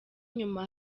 nyuma